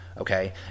Okay